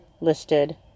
listed